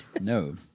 No